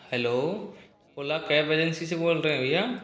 hello Ola cab agency से बोल रहे हो भैया